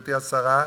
גברתי השרה,